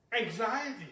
anxiety